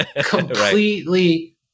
completely